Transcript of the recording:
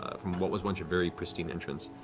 from what was once a very pristine entrance.